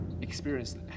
experience